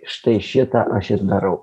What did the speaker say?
štai šitą aš ir darau